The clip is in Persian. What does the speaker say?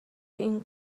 این